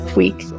week